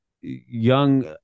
young